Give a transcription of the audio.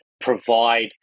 provide